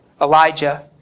Elijah